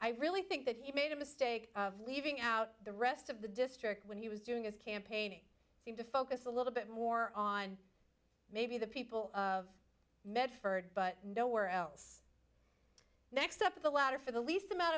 i really think that he made a mistake of leaving out the rest of the district when he was doing his campaigning seem to focus a little bit more on maybe the people of medford but nowhere else next up the ladder for the least amount